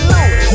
Louis